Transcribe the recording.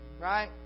Right